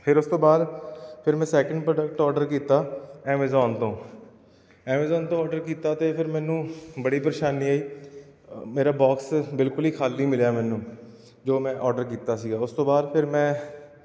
ਫਿਰ ਉਸ ਤੋਂ ਬਾਅਦ ਫਿਰ ਮੈਂ ਸੈਕਿੰਡ ਪ੍ਰੋਡਕਟ ਔਡਰ ਕੀਤਾ ਐਵੇਜ਼ੋਨ ਤੋਂ ਐਵੇਂਜ਼ੋਨ ਤੋਂ ਔਡਰ ਕੀਤਾ ਅਤੇ ਫਿਰ ਮੈਨੂੰ ਬੜੀ ਪਰੇਸ਼ਾਨੀ ਆਈ ਮੇਰਾ ਬੋਕਸ ਬਿਲਕੁਲ ਹੀ ਖਾਲੀ ਮਿਲਿਆ ਮੈਨੂੰ ਜੋ ਮੈਂ ਔਡਰ ਕੀਤਾ ਸੀਗਾ ਉਸ ਤੋਂ ਬਾਅਦ ਫਿਰ ਮੈਂ